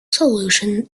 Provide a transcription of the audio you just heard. solution